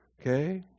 okay